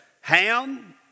Ham